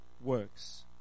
works